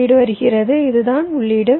உள்ளீடு வருகிறது இதுதான் உள்ளீடு